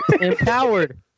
Empowered